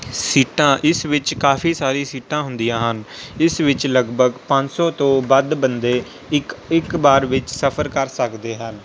ਸੀਟਾਂ ਇਸ ਵਿੱਚ ਕਾਫ਼ੀ ਸਾਰੀ ਸੀਟਾਂ ਹੁੰਦੀਆਂ ਹਨ ਇਸ ਵਿੱਚ ਲਗਭਗ ਪੰਜ ਸੌ ਤੋਂ ਵੱਧ ਬੰਦੇ ਇੱਕ ਇੱਕ ਵਾਰ ਵਿੱਚ ਸਫ਼ਰ ਕਰ ਸਕਦੇ ਹਨ